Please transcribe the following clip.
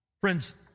Friends